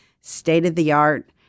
state-of-the-art